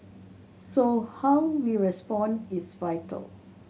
so how we respond is vital